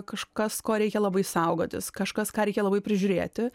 kažkas ko reikia labai saugotis kažkas ką reikia labai prižiūrėti